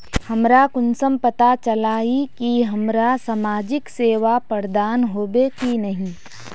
हमरा कुंसम पता चला इ की हमरा समाजिक सेवा प्रदान होबे की नहीं?